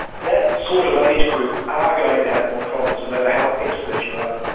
that sort of age group are going to have more problems, no matter how expert you are.